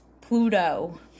Pluto